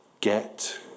get